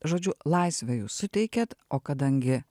žodžiu laisvę jūs suteikiat o kadangi